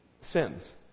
sins